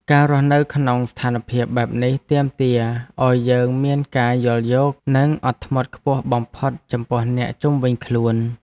ការរស់នៅក្នុងស្ថានភាពបែបនេះទាមទារឱ្យយើងមានការយល់យោគ និងអត់ធ្មត់ខ្ពស់បំផុតចំពោះអ្នកជុំវិញខ្លួន។